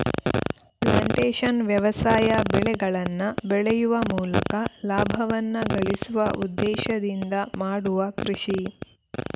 plantation ವ್ಯವಸಾಯ ಬೆಳೆಗಳನ್ನ ಬೆಳೆಯುವ ಮೂಲಕ ಲಾಭವನ್ನ ಗಳಿಸುವ ಉದ್ದೇಶದಿಂದ ಮಾಡುವ ಕೃಷಿ